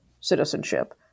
citizenship